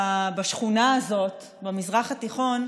בשכונה הזאת במזרח התיכון,